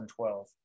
2012